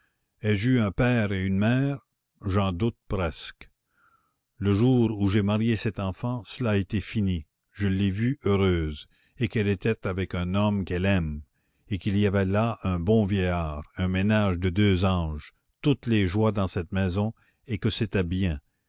ai-je eu un père et une mère j'en doute presque le jour où j'ai marié cette enfant cela a été fini je l'ai vue heureuse et qu'elle était avec l'homme qu'elle aime et qu'il y avait là un bon vieillard un ménage de deux anges toutes les joies dans cette maison et que